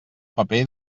paper